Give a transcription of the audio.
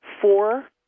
four